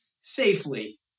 safely